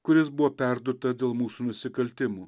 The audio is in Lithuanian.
kuris buvo perdurta dėl mūsų nusikaltimų